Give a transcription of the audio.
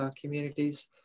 communities